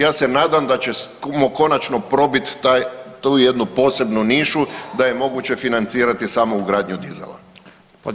Ja se nadam da ćemo konačno probiti tu jednu posebnu nišu da je moguće financirati samo ugradnju dizala.